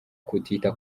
kutita